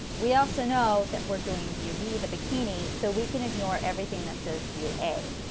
we also know that we are doing view b, the bikini, so we can ignore everything that says view a,